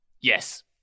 Yes